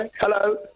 Hello